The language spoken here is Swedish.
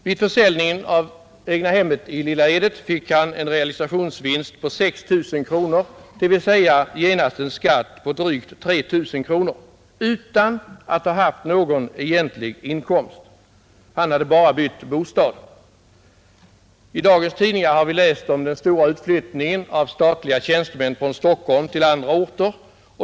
Vid försäljningen i Lilla Edet fick han en realisationsvinst på 6 000 kronor, dvs. genast en skatt på drygt 3 000 kronor utan att ha haft någon egentlig inkomst. Han hade bara bytt bostad. I dagens tidningar har vi läst om den stora utflyttningen av statliga tjänstemän från Stockholm till andra orter.